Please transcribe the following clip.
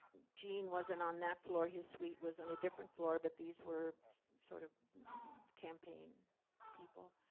gene wasn't on that floor. his suite was on a different floor. but these were sort of campaign people.